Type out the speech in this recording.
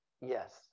Yes